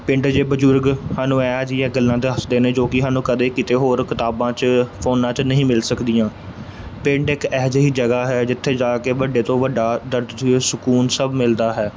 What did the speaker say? ਪਿੰਡ 'ਚ ਬਜ਼ੁਰਗ ਸਾਨੂੰ ਇਹੋ ਜਿਹੀਆਂ ਗੱਲਾਂ ਦੱਸਦੇ ਨੇ ਜੋ ਕਿ ਸਾਨੂੰ ਕਦੇ ਕਿਤੇ ਹੋਰ ਕਿਤਾਬਾਂ 'ਚ ਫੋਨਾਂ 'ਚ ਨਹੀਂ ਮਿਲ ਸਕਦੀਆਂ ਪਿੰਡ ਇੱਕ ਇਹੋ ਜਿਹੀ ਜਗ੍ਹਾ ਹੈ ਜਿੱਥੇ ਜਾ ਕੇ ਵੱਡੇ ਤੋਂ ਵੱਡਾ ਸਕੂਨ ਸਭ ਮਿਲਦਾ ਹੈ